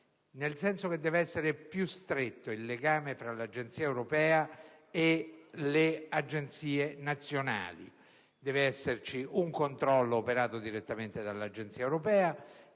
nel senso che deve essere più stretto il legame tra l'Agenzia europea e quelle nazionali. Deve esserci un controllo operato direttamente dall'Agenzia europea,